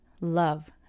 love